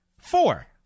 four